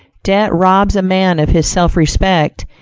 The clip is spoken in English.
debt robs a man of his self-respect,